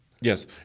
Yes